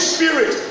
Spirit